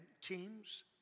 teams